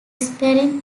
spelling